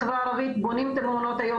בחברה הערבית בונים את מעונות היום,